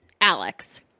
Alex